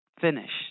finished